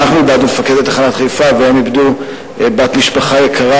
אנחנו איבדנו את מפקדת תחנת חיפה והם איבדו בת משפחה יקרה.